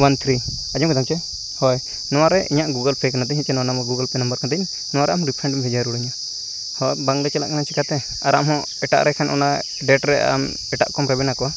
one three ᱟᱸᱡᱚᱢᱮᱫᱟᱢ ᱪᱮ ᱦᱳᱭ ᱱᱚᱣᱟᱨᱮ ᱤᱧᱟᱹᱜ ᱜᱩᱜᱩᱞ ᱯᱮ ᱠᱟᱱᱟ ᱛᱤᱧ ᱱᱚᱣᱟ ᱱᱟᱢᱵᱟᱨ ᱜᱩᱜᱩᱞ ᱯᱮ ᱱᱟᱢᱵᱟᱨ ᱠᱟᱱᱛᱤᱧ ᱱᱚᱣᱟᱨᱮ ᱟᱢ ᱨᱤᱯᱷᱟᱱᱰ ᱮᱢ ᱵᱷᱮᱡᱟ ᱨᱩᱣᱟᱹᱲᱟᱹᱧᱟᱹ ᱦᱚ ᱵᱟᱝᱞᱮ ᱪᱟᱞᱟᱜ ᱠᱟᱱᱟ ᱪᱤᱠᱟᱛᱮ ᱟᱨ ᱟᱢᱦᱚᱸ ᱮᱴᱟᱜ ᱨᱮ ᱮᱱᱠᱷᱟᱱ ᱚᱱᱟ ᱰᱮᱴ ᱨᱮ ᱟᱢ ᱮᱴᱟᱜ ᱠᱚᱢ ᱨᱮᱵᱮᱱᱟᱠᱚᱣᱟ